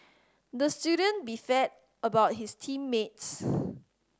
the student about his team mates